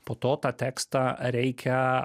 po to tą tekstą reikia